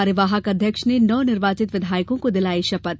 कार्यवाहक अध्यक्ष ने नवनिर्वाचित विधायकों को दिलाई शपथ